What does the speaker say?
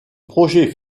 projet